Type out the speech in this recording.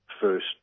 first